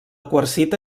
quarsita